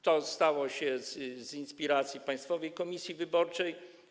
To stało się z inspiracji Państwowej Komisji Wyborczej.